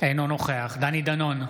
אינו נוכח דני דנון,